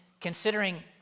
considering